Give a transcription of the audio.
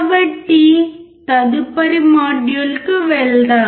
కాబట్టి తదుపరి మాడ్యూల్కు వెళ్దాం